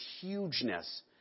hugeness